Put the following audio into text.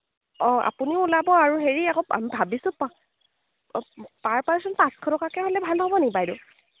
অঁ আপুনিও ওলাব আৰু হেৰি আকৌ আমি ভাবিছোঁ পাৰ পাৰ্ছন পাঁচশ টকাকৈ ভাল হ'ব নি বাইদেউ